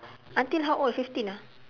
until how old fifteen ah